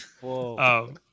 Whoa